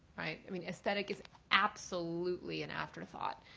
right i mean aesthetics is absolutely an afterthought.